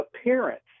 appearance